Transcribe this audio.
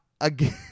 Again